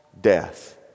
death